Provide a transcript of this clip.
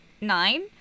Nine